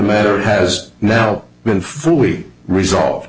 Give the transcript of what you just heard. matter has now been fully resolved